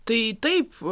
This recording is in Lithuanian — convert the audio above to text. tai taip